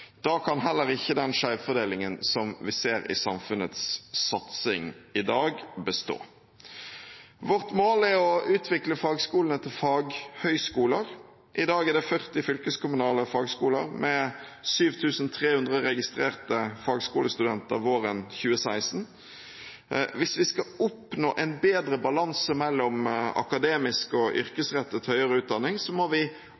Da kan heller ikke den skjevfordelingen vi ser i samfunnets satsing i dag, bestå. Vårt mål er å utvikle fagskolene til faghøyskoler. I dag er det 40 fylkeskommunale fagskoler med 7 300 registrerte fagskolestudenter våren 2016. Hvis vi skal oppnå bedre balanse mellom akademisk og yrkesrettet høyere utdanning, må vi